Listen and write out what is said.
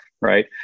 right